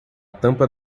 tampa